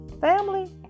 Family